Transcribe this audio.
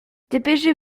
dépêchez